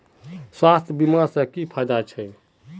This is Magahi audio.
स्वास्थ्य बीमा से की की फायदा छे?